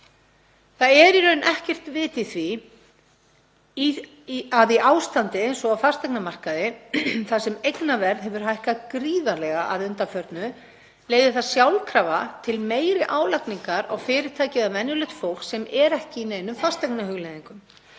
Það er í raun ekkert vit í því að í ástandi eins og verið hefur á fasteignamarkaði, þar sem eignaverð hefur hækkað gríðarlega að undanförnu, leiði það sjálfkrafa til meiri álagningar á fyrirtæki eða venjulegt fólk sem er ekki í neinum fasteignahugleiðingum.